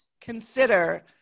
consider